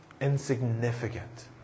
insignificant